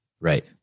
right